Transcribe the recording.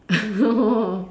oh